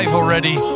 already